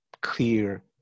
clear